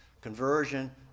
Conversion